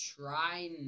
try